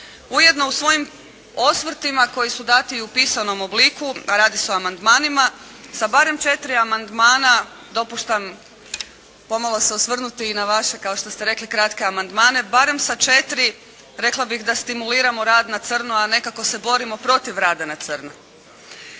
Ujedno u svojim osvrtima koji su dati u pisanom obliku, a radi se o amandmanima, sa barem četiri amandmana dopuštam pomalo se osvrnuti i na vaše kao što ste rekli, kratke amandmane. Barem sa četiri rekla bih da stimuliramo rad na crno, a nekako se borimo protiv rad na crno.